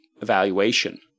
evaluation